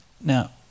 Now